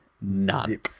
none